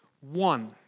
One